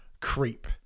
Creep